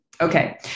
Okay